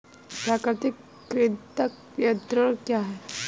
प्राकृतिक कृंतक नियंत्रण क्या है?